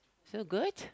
so good